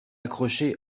accroché